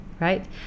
right